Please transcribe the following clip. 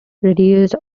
reduced